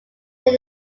till